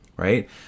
Right